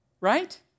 right